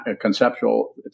conceptual